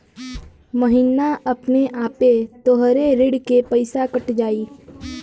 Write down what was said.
महीना अपने आपे तोहरे ऋण के पइसा कट जाई